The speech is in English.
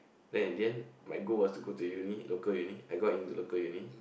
then in the end my goal was go to uni local uni I got into local uni